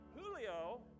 Julio